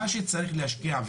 מה שצריך להשקיע,